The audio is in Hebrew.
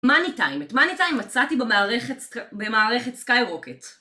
מני טיים, את מני טיים מצאתי במערכת סק... במערכת סקאי רוקט